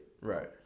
right